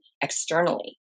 externally